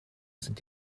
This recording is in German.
sind